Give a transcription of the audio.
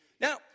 Now